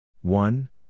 one